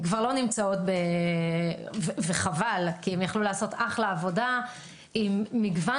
כבר לא נמצאות וחבל כי יכלו לעשות אחלה עבודה עם מגוון